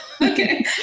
Okay